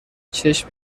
چشم